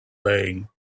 lying